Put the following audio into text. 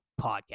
Podcast